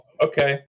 Okay